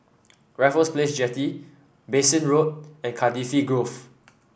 Raffles Place Jetty Bassein Road and Cardifi Grove